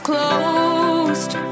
Closed